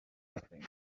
nothing